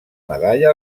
medalla